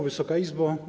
Wysoka Izbo!